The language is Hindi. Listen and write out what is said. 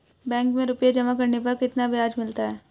बैंक में रुपये जमा करने पर कितना ब्याज मिलता है?